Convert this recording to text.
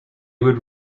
would